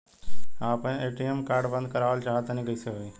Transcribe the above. हम आपन ATM card बंद करावल चाह तनि कइसे होई?